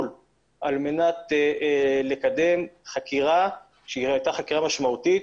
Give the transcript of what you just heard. לארץ על מנת לקדם חקירה שהייתה חקירה משמעותית